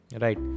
right